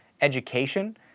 education